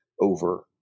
over